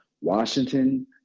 Washington